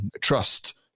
trust